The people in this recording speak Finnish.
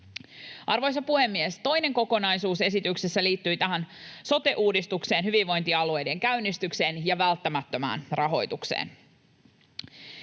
Arvoisa puhemies! Toinen kokonaisuus esityksessä liittyi tähän sote-uudistukseen, hyvinvointialueiden käynnistykseen ja välttämättömään rahoitukseen.